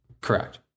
correct